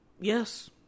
Yes